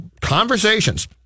conversations